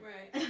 Right